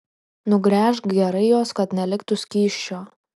nugręžk gerai juos kad neliktų skysčio